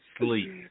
sleep